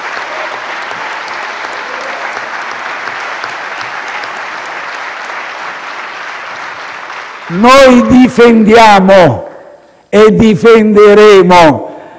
Noi difendiamo e difenderemo